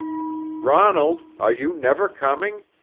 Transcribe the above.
ronald, are you never coming?